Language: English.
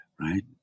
right